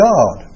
God